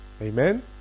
Amen